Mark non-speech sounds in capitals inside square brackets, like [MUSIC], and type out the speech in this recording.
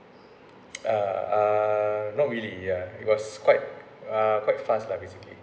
[NOISE] ah ah not really ya he was quite uh quite fast lah basically